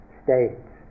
states